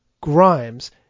Grimes